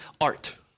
art